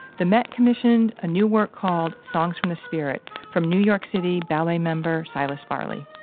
the met commissioned a new work called songs from the spirit from new york city ballet member silas farley.